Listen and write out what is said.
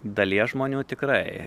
dalies žmonių tikrai